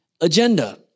agenda